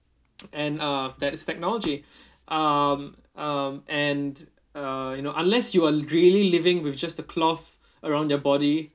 and uh that is technology um um and uh you know unless you are really living with just a cloth around your body